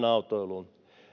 autoiluun me